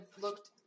looked